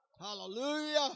Hallelujah